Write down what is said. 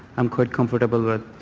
i'm quite comfortable with